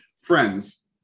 friends